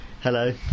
Hello